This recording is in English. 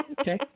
Okay